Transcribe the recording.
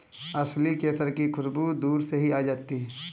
असली केसर की खुशबू दूर से ही आ जाती है